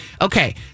okay